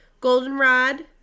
goldenrod